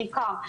בעיקר,